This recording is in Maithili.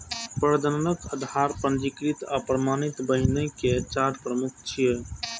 प्रजनक, आधार, पंजीकृत आ प्रमाणित बीहनि के चार मुख्य प्रकार छियै